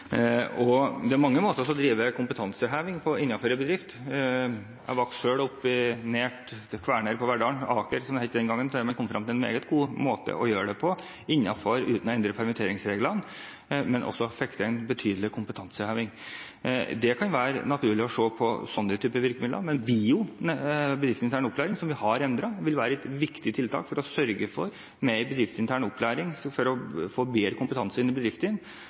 Det er mange måter å drive kompetanseheving på i en bedrift. Jeg vokste selv opp nær Kværner Verdal – eller Aker Verdal, som det het den gangen – og de kom frem til en meget god måte å gjøre det på uten å endre permitteringsreglene, og de fikk også til en betydelig kompetanseheving. Det kan være naturlig å se på slike typer virkemidler. Men BIO, bedriftsintern opplæring, som vi har endret, vil være et viktig tiltak for å sørge for mer bedriftsintern opplæring for å få bedre kompetanse inn i bedriftene